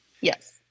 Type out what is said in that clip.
Yes